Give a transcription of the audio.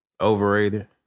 Overrated